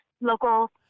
local